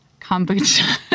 kombucha